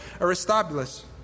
Aristobulus